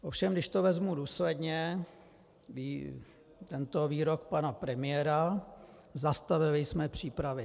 Ovšem když vezmu důsledně tento výrok pana premiéra zastavili jsme přípravy.